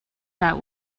that